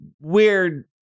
weird